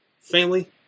Family